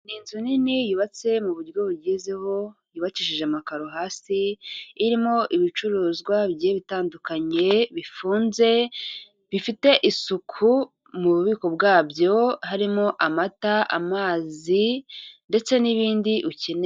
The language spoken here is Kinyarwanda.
Ni inzu nini yubatse mu buryo bugezweho, yubakishije amakaro hasi, irimo ibicuruzwa bigiye bitandukanye bifunze, bifite isuku mu bubiko bwabyo harimo amata, amazi ndetse n'ibindi ukeneye.